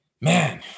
man